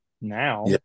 now